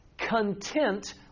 Content